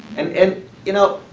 and and you know,